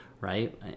right